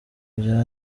bya